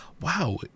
wow